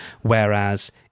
Whereas